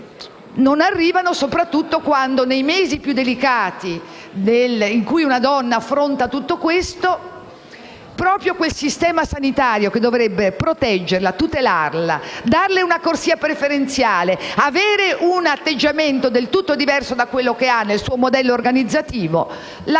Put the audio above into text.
non arrivano, soprattutto nei mesi più delicati in cui una donna affronta tutto questo, quando proprio quel sistema sanitario che dovrebbe proteggerla, tutelarla, darle una corsia preferenziale e mostrare un volto del tutto diverso da quello che caratterizza il suo modello organizzativo, la